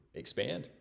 expand